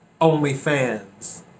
OnlyFans